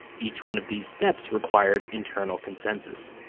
each one of these steps required internal consensus.